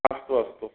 अस्तु अस्तु